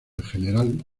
gral